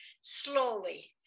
slowly